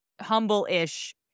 humble-ish